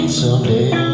someday